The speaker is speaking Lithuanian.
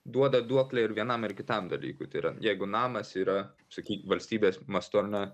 duoda duoklę ir vienam ar kitam dalykui tai yra jeigu namas yra sakykim valstybės mastu ar ne